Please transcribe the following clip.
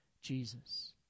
Jesus